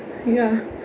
ya